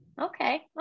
okay